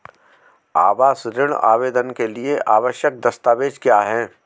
आवास ऋण आवेदन के लिए आवश्यक दस्तावेज़ क्या हैं?